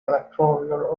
electorates